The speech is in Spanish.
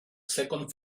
second